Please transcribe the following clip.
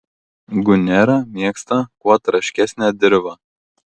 gunera mėgsta kuo trąšesnę dirvą